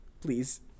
please